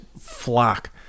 flock